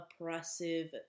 oppressive